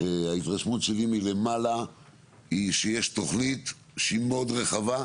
ההתרשמות שלי מלמעלה היא שיש תוכנית שהיא מאוד רחבה,